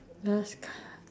last card